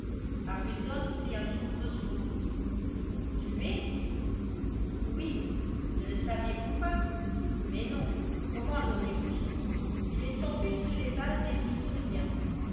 arbuton fit un soubresaut tué oui ne le saviez-vous pas mais non comment l'auriez-vous su il est tombé sous les balles